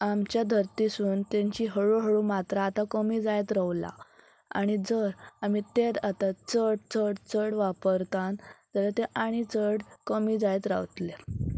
आमच्या धरतीसून तेंची हळुहळू मात्रा आतां कमी जायत रावलां आनी जर आमी तेत आतां चड चड चड वापरत जाल्यार ते आनी चड कमी जायत रावतले